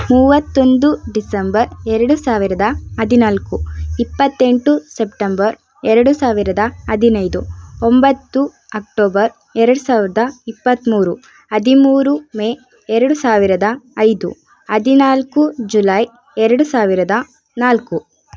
ಮೂವತ್ತೊಂದು ಡಿಸೆಂಬರ್ ಎರಡು ಸಾವಿರದ ಹದಿನಾಲ್ಕು ಇಪ್ಪತ್ತೆಂಟು ಸೆಪ್ಟೆಂಬರ್ ಎರಡು ಸಾವಿರದ ಹದಿನೈದು ಒಂಬತ್ತು ಅಕ್ಟೋಬರ್ ಎರಡು ಸಾವಿರದ ಇಪ್ಪತ್ಮೂರು ಹದಿಮೂರು ಮೇ ಎರಡು ಸಾವಿರದ ಐದು ಹದಿನಾಲ್ಕು ಜುಲೈ ಎರಡು ಸಾವಿರದ ನಾಲ್ಕು